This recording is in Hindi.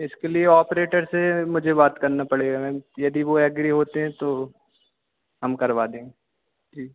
इसके लिए ऑपरेटर से मुझे बात करना पड़ेगा मैम यदि वो एग्री होते हैं तो हम करवा देंगे ठीक